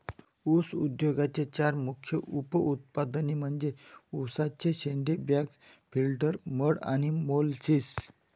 ऊस उद्योगाचे चार मुख्य उप उत्पादने म्हणजे उसाचे शेंडे, बगॅस, फिल्टर मड आणि मोलॅसिस